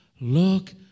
look